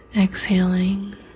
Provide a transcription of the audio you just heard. exhaling